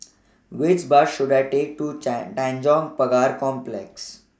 Which Bus should I Take to Tanjong Pagar Complex